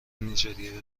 نیجریه